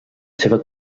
seva